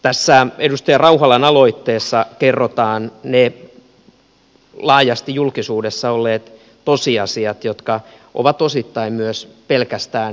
tässä edustaja rauhalan aloitteessa kerrotaan ne laajasti julkisuudessa olleet tosiasiat jotka ovat osittain pelkästään arvioita